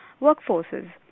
workforces